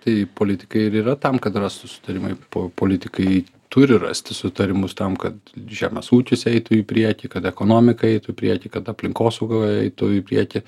tai politikai ir yra tam kad rastų sutarimai po politikai turi rasti sutarimus tam kad žemės ūkis eitų į priekį kad ekonomika eitų į priekį kad aplinkosaugoje eitų į priekį